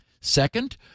Second